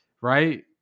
Right